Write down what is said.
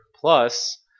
plus